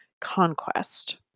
conquest